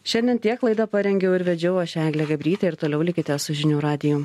šiandien tiek laidą parengiau ir vedžiau aš eglė gabrytė ir toliau likite su žinių radiju